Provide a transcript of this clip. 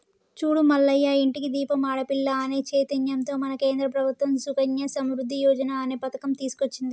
చూడు మల్లయ్య ఇంటికి దీపం ఆడపిల్ల అనే చైతన్యంతో మన కేంద్ర ప్రభుత్వం సుకన్య సమృద్ధి యోజన అనే పథకం తీసుకొచ్చింది